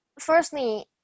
firstly